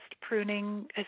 pruning